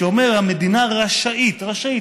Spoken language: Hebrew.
שאומר: "המדינה רשאית" רשאית,